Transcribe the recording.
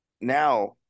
now